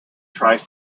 tries